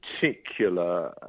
particular